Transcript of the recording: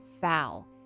foul